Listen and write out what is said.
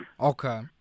Okay